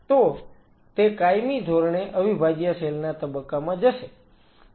તો તે કાયમી ધોરણે અવિભાજ્ય સેલ ના તબક્કામાં જશે